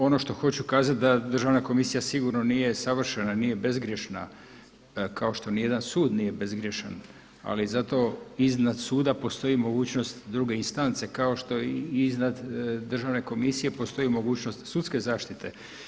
Ono što hoću kazati da državna komisija sigurno nije savršena nije bezgrješna kao što nijedan sud nije bezgrješan, ali zato iznad suda postoji mogućnost druge instance kao što i iznad državne komisije postoji mogućnost sudske zaštite.